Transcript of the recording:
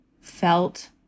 felt